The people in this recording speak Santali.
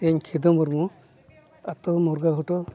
ᱤᱧ ᱠᱷᱤᱫᱩ ᱢᱩᱨᱢᱩ ᱟᱛᱳ ᱢᱩᱨᱜᱟᱹ ᱜᱷᱩᱴᱩ